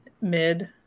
mid